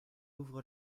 ouvre